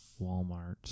Walmart